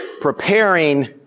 preparing